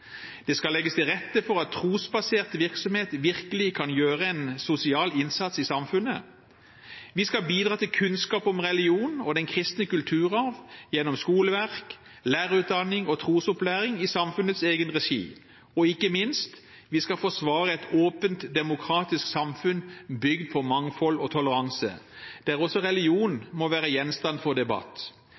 det skal legges til rette for at trosbasert virksomhet virkelig kan gjøre en sosial innsats i samfunnet. Vi skal bidra til kunnskap om religion og den kristne kulturarv gjennom skoleverk, lærerutdanning og trosopplæring i samfunnets egen regi. Og ikke minst: Vi skal forsvare et åpent, demokratisk samfunn bygd på mangfold og toleranse, der også religion må være gjenstand for debatt,